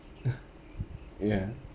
ya